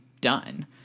done